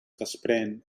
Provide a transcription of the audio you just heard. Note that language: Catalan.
desprén